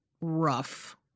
rough